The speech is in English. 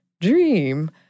dream